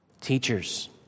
teachers